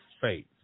faith